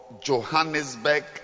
Johannesburg